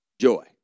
Joy